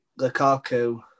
Lukaku